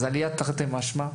אם כן, עלייה תרתי משמע.